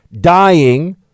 dying